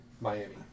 Miami